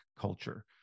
culture